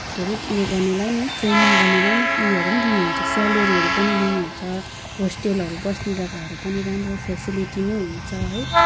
के अरे उयो गर्नेलाई नै ट्रेनिङ गर्नेलाई नै उयोहरू पनि दिनुहुन्छ सेलेरीहरू पनि दिनुहुन्छ होस्टलहरू बस्ने जग्गाहरू राम्रो फेसिलिटी नै हुन्छ है